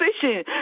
position